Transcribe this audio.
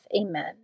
Amen